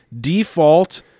default